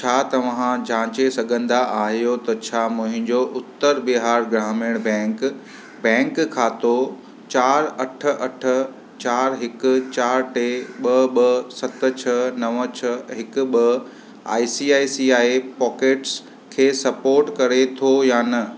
छा तव्हां जांचे सघंदा आहियो त छा मुंहिंजो उत्तर बिहार ग्रामीण बैंक बैंक खातो चार अठ अठ चार हिकु चार टे ॿ ॿ सत छह नवं छह हिकु ॿ I C I C I pockets खे सपोर्ट करे थो य न